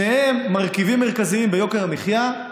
שניהם מרכיבים מרכזיים ביוקר המחיה.